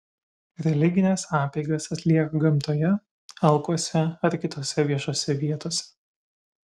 religines apeigas atlieka gamtoje alkuose ar kitose viešose vietose